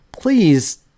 Please